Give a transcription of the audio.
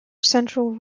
central